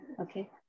Okay